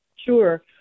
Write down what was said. Sure